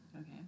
Okay